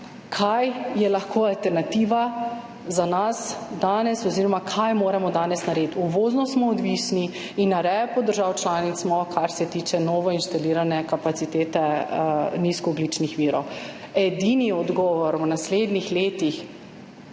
kaj je lahko danes alternativa za nas oziroma kaj moramo danes narediti. Uvozno smo odvisni in smo na repu držav članic, kar se tiče novo inštalirane kapacitete nizkoogljičnih virov. Edini odgovor v naslednjih letih,